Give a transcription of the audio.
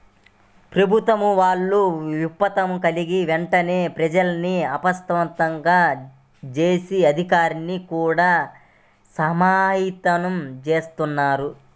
ప్రభుత్వం వాళ్ళు విపత్తు కల్గిన వెంటనే ప్రజల్ని అప్రమత్తం జేసి, అధికార్లని గూడా సమాయత్తం జేత్తన్నారు